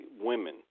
women